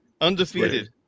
Undefeated